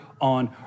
on